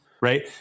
Right